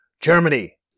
Germany